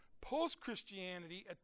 post-Christianity